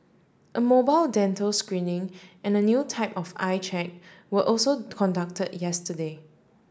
a mobile dental screening and a new type of eye check were also conduct yesterday